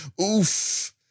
Oof